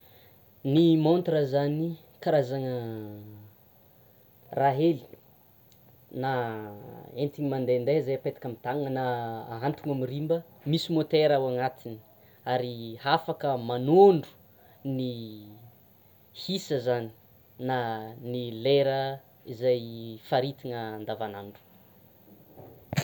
Ny montre zany karazana raha hely, na entina mandendeha zay na apetaka amin'ny tanana na, ahantona amin'ny riba; misy moteur ao anatiny ary hafaka manôndro ny isa zany na ny lera izay faritana andavanandro.